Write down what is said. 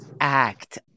act